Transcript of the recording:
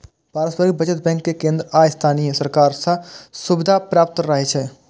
पारस्परिक बचत बैंक कें केंद्र आ स्थानीय सरकार सं सुविधा प्राप्त रहै छै